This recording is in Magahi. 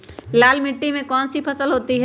लाल मिट्टी में कौन सी फसल होती हैं?